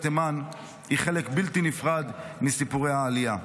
תימן היא חלק בלתי נפרד מסיפורי העלייה.